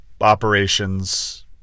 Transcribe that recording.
operations